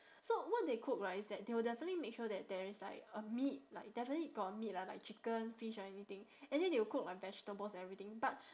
so what they cook right is that they will definitely make sure that there is like a meat like definitely got a meat lah like chicken fish or anything and then they will cook like vegetables and everything but